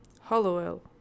Hollowell